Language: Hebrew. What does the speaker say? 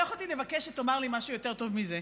לא יכולתי לבקש שתאמר לי משהו יותר טוב מזה.